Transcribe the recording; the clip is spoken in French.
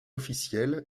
officielle